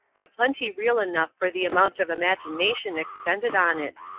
but plenty real enough for the amount of imagination expended on it.